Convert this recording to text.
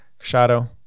Shadow